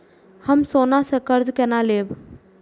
हम सोना से कर्जा केना लैब?